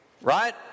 Right